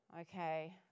Okay